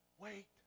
wait